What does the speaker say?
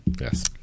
yes